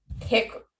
pick